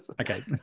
Okay